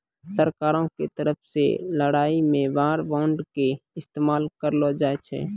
सरकारो के तरफो से लड़ाई मे वार बांड के इस्तेमाल करलो जाय छै